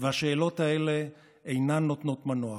השאלות האלה אינן נותנות מנוח.